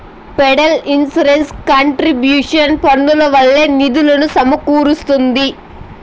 federal insurance contribution పన్నుల వల్లే నిధులు సమకూరస్తాంది